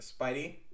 Spidey